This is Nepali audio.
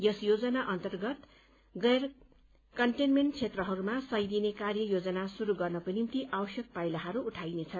यस योजना अन्तर्गत गैर कन्टेन्मेन्ट क्षेत्रहरूमा सय दिने कार्य योजना शुरू गर्न आवश्यक पाइलाहरू उठाइनेछ